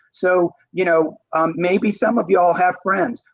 so you know maybe some of you all have friends,